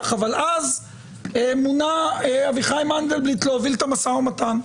אבל אז מונה אביחי מנדלבליט להוביל את המשא ומתן.